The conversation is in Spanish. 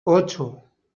ocho